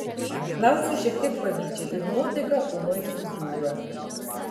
klausiu šiek tiek pavydžiai ir nuotaika ūmai subjūra